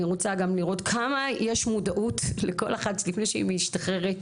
אני רוצה גם לראות כמה יש מודעות לכל אחת לפני שהיא משתחררת,